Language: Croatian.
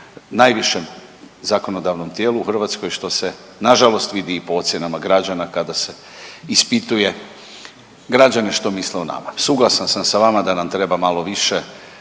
najvišem zakonodavnom tijelu u Hrvatskoj što se na žalost vidi i po ocjenama građana kada se ispituje građane što misle o nama. Suglasan sam sa vama da nam treba malo više